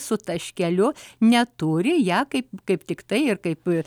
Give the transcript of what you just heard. su taškeliu neturi ją kaip kaip tiktai ir kaip